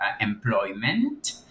employment